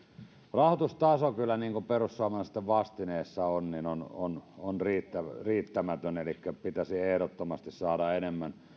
rahoitustaso kyllä niin kuin perussuomalaisten vastineessa on on riittämätön riittämätön elikkä pitäisi ehdottomasti saada enemmän